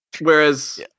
Whereas